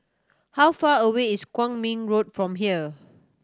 how far away is Kwong Min Road from here